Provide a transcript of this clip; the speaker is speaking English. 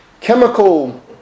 chemical